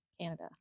Canada